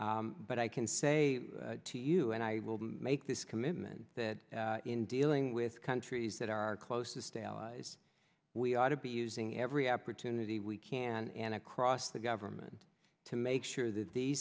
but i can say to you and i will make this commitment that in dealing with countries that are our closest allies we ought to be using every opportunity we can and across the government to make sure that the